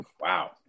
Wow